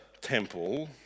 temple